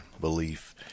belief